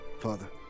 Father